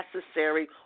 necessary